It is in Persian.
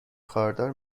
خاردار